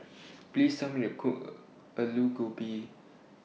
Please Tell Me to Cook Alu Gobi